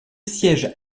siège